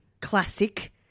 classic